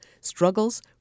struggles